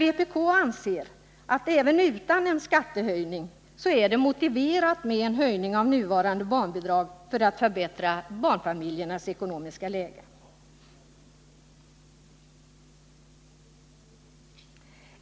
Vpk anser att det även utan skattehöjningar är motiverat med en höjning av nuvarande barnbidrag för att förbättra det ekonomiska läget för barnfamiljerna.